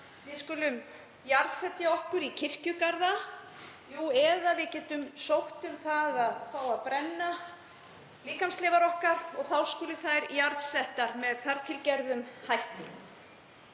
við skulum láta jarðsetja okkur í kirkjugarði, jú, eða við getum sótt um að láta að brenna líkamsleifar okkar og þá skuli þær jarðsettar með tilteknum hætti.